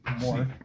more